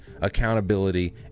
accountability